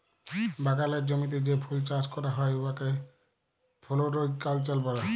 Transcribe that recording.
বাগালের জমিতে যে ফুল চাষ ক্যরা হ্যয় উয়াকে ফোলোরিকাল্চার ব্যলে